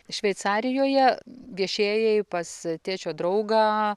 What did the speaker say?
šveicarijoje viešėjai pas tėčio draugą